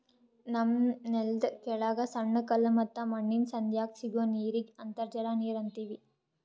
ನಮ್ಮ್ ನೆಲ್ದ ಕೆಳಗ್ ಸಣ್ಣ ಕಲ್ಲ ಮತ್ತ್ ಮಣ್ಣಿನ್ ಸಂಧ್ಯಾಗ್ ಸಿಗೋ ನೀರಿಗ್ ಅಂತರ್ಜಲ ನೀರ್ ಅಂತೀವಿ